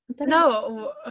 No